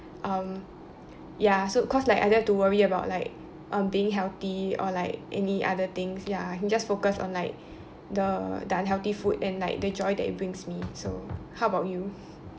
um ya so cause like I don't have to worry about like um being healthy or like any other things ya I can just focus on like the the unhealthy food and like the joy that it brings me so how about you